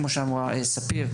כמו שאמרה ספיר,